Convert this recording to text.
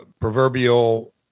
proverbial